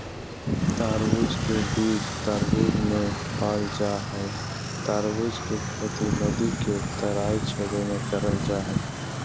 तरबूज के बीज तरबूज मे पाल जा हई तरबूज के खेती नदी के तराई क्षेत्र में करल जा हई